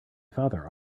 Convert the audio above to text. father